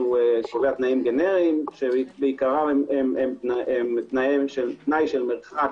שקובע תנאים גנריים שבעיקרם הם תנאי של מרחק